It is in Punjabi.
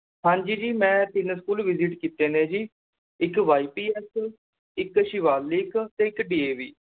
ਹਾਂਜੀ ਜੀ ਮੈਂ ਤਿੰਨ ਸਕੂਲ ਵਿਜ਼ਿਟ ਕੀਤੇ ਨੇ ਜੀ ਇੱਕ ਵਾਈ ਪੀ ਐੱਸ ਇੱਕ ਸ਼ਿਵਾਲਿਕ ਅਤੇ ਇੱਕ ਡੀ ਏ ਵੀ